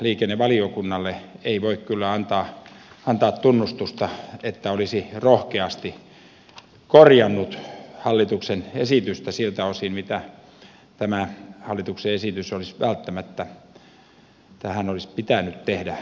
liikennevaliokunnalle ei voi kyllä antaa tunnustusta että se olisi rohkeasti korjannut hallituksen esitystä siltä osin mitä tähän hallituksen esitykseen olisi välttämättä pitänyt tehdä korjauksia